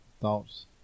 thoughts